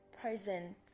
present